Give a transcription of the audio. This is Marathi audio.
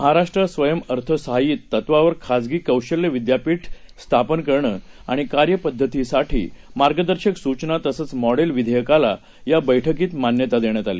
महाराष्ट्रस्वयंअर्थसहाय्यिततत्वावरखासगीकौशल्यविद्यापीठस्थापनकरणंआणिकार्यपध्दतीसाठीमार्गदर्शकसूचनातसंचमॉडेलवि धेयकालायाबैठकीतमान्यतादेण्यातआली